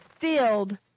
filled